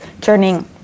turning